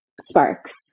sparks